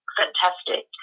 fantastic